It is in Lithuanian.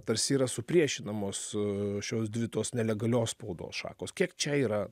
tarsi yra supriešinamos šios dvi tos nelegalios spaudos šakos kiek čia yra